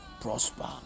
prosper